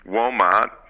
Walmart